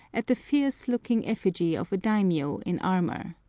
at the fierce-looking effigy of a daimio in armor.